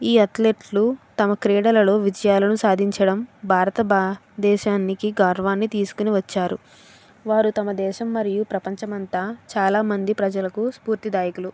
ఈ అథ్లెట్లు తమ క్రీడలలో విజయాలను సాధించడం భారత బ దేశానికి గర్వాన్ని తీసుకోని వచ్చారు వారు తమ దేశం మరియు ప్రపంచం అంత చాలా మంది ప్రజలకు స్ఫూర్తి దాయకులు